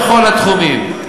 בכל התחומים.